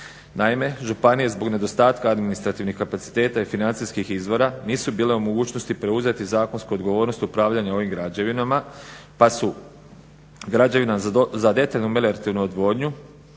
Naime županije zbog nedostatka administrativnih kapaciteta i financijskih izvora nisu bile u mogućnosti preuzeti zakonsku odgovornost upravljanja ovim građevinama pa su građevine za detaljnu meliorativnu odvodnju